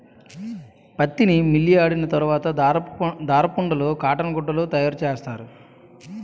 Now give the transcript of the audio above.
పత్తిని మిల్లియాడిన తరవాత దారపుండలు కాటన్ గుడ్డలు తయారసేస్తారు